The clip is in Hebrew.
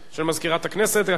הקרדיט לה.